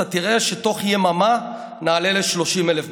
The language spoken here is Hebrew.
ואתה תראה שבתוך יממה נעלה ל-30,000 בדיקות.